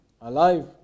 alive